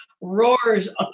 Roars